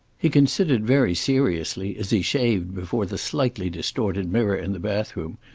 he considered very seriously, as he shaved before the slightly distorted mirror in the bathroom,